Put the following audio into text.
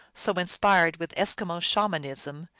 so inspired with eskimo shamanism,